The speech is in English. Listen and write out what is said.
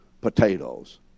potatoes